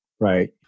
right